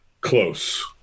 close